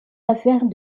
affaires